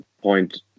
point